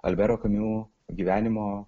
alberto kamiu gyvenimo